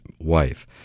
wife